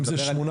בממוצע.